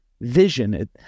vision